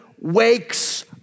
wakes